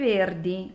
Verdi